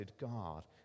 God